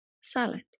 silent